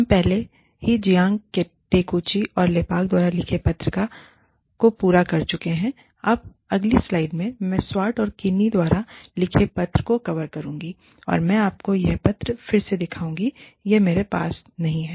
हम पहले ही जियांग टेकुची और लेपाक द्वारा लिखे पत्र को पूरा कर चुके हैं अब अगली स्लाइड्स में मैं स्वार्ट और किनी द्वारा लिखे पत्र को कवर करूंगी और मैं आपको यह पत्र फिर से दिखाऊंगी यह मेरे पास यहीं है